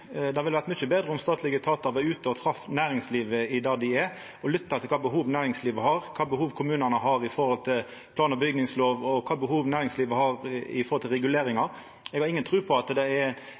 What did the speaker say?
det private næringslivet. Det ville ha vore mykje betre om statlege etatar var ute og trefte næringslivet der det er, og lytta til kva behov dei har – kva behov kommunane har når det gjeld plan- og bygningslova, og kva behov næringslivet har når det gjeld reguleringar. Eg har inga tru på at det er